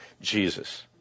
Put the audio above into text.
Jesus